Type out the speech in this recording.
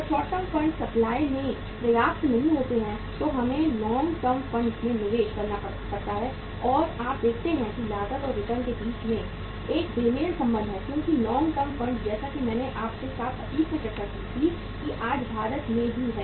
जब short term funds supply में पर्याप्त नहीं होते हैं तो हमें लॉन्ग टर्म फंड्स में निवेश करना पड़ता है और आप देखते हैं कि लागत और रिटर्न के बीच एक बेमेल संबंध है क्योंकि लॉन्ग टर्म फंड्स जैसा कि मैंने आपके साथ अतीत में चर्चा की थी कि आज भारत में भी है